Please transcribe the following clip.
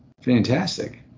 fantastic